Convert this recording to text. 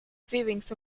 viewings